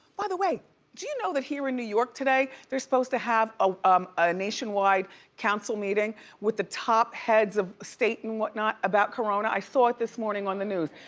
by the way, do you know that here in new york today there's supposed to have a um ah nationwide council meeting with the top heads of state and whatnot about corona? i saw it this morning on the news.